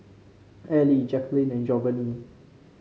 Allie Jaquelin and Jovanny